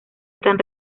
están